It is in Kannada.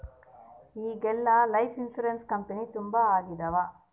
ಈಗೆಲ್ಲಾ ಲೈಫ್ ಇನ್ಸೂರೆನ್ಸ್ ಕಂಪನಿ ತುಂಬಾ ಆಗಿದವ